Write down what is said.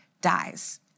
dies